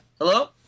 Hello